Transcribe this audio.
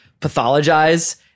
pathologize